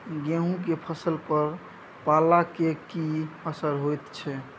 गेहूं के फसल पर पाला के की असर होयत छै?